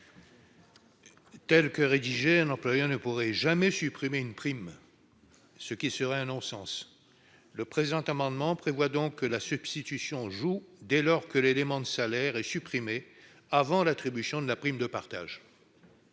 est rédigé, un employeur ne pourrait jamais supprimer une prime, ce qui serait un non-sens. Le présent amendement vise donc à laisser la substitution jouer, dès lors que l'élément de salaire est supprimé avant l'attribution de la prime de partage.